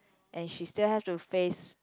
and she still have to face